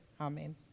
Amen